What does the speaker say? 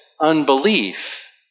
unbelief